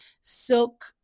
silk